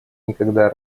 никогда